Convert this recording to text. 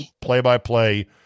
play-by-play